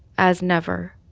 as never.